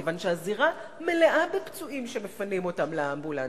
כיוון שהזירה מלאה בפצועים שמפנים אותם לאמבולנסים.